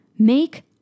Make